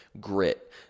grit